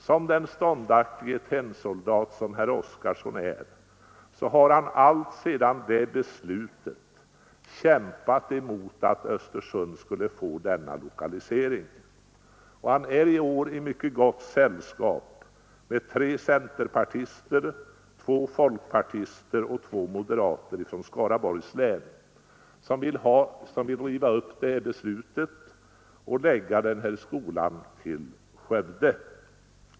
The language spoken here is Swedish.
Som den ståndaktige tennsoldat herr Oskarson är har han alltsedan det beslutet kämpat emot att Östersund skulle få denna lokalisering. Han är i år i mycket gott sällskap med tre centerpartister, två folkpartister och två moderater från Skaraborg län, som vill riva upp det beslutet och lägga skolan i Skövde.